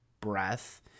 breath